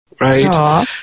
right